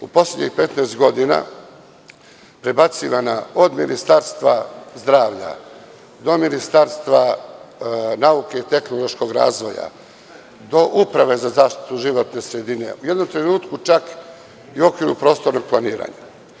U poslednjih 15 godina prebacivana od Ministarstva zdravlja do Ministarstva nauke i tehnološkog razvoja, do Uprave za zaštitu životne sredine, u jednom trenutku čak i u okviru prostornog planiranja.